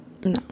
no